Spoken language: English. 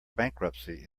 bankruptcy